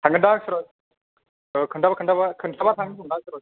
थांगोनदां सुरस खोनथाबा खोनथाबा खोनथाबा थांगोन होनदोंमोनदां सुरस